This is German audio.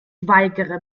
weigere